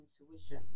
intuition